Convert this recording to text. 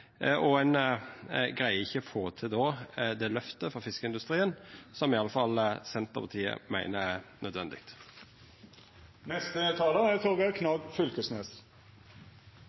og ein greier ikkje då å få til det lyftet for fiskeindustrien – som i alle fall Senterpartiet meiner er